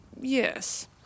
Yes